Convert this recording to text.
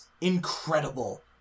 incredible